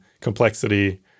complexity